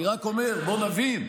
אני רק אומר, בואו נבין.